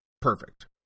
Perfect